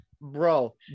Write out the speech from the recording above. Bro